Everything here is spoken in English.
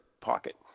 pocket